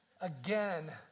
Again